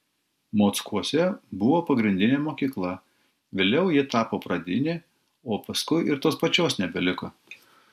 mockuose buvo pagrindinė mokykla vėliau ji tapo pradinė o paskui ir tos pačios nebeliko